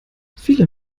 viele